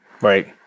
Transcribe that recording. right